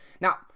Now